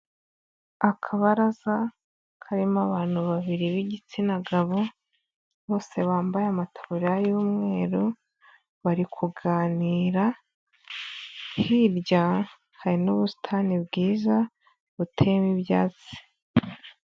Akabaraza karimo abantu babiri b'igitsina gabo bose bambaye amatabuliya y'umweru bari kuganira, hirya hari n'ubusitani bwiza buteyemo ibyatsi.